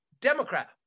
Democrat